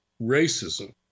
racism